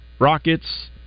Rockets